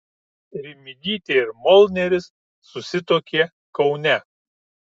rimydytė ir molneris susituokė kaune